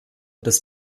des